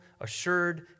assured